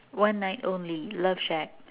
one night only love shack